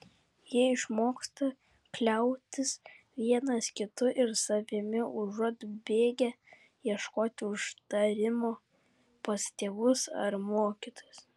jie išmoksta kliautis vienas kitu ir savimi užuot bėgę ieškoti užtarimo pas tėvus ar mokytojus